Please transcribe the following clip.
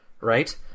right